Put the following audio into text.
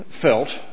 felt